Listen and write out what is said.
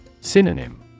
Synonym